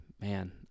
Man